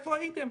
איפה הייתם?